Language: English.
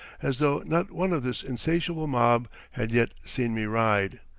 as though not one of this insatiable mob had yet seen me ride.